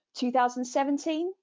2017